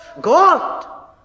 God